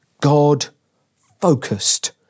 God-focused